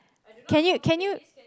can you can you